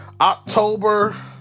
october